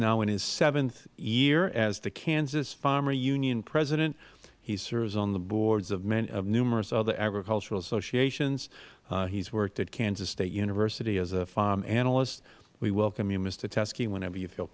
now in his seventh year as the kansas farmers union president he serves on the boards of numerous other agricultural associations he has worked at kansas state university as a farm analyst we welcome you mister teske whenever you feel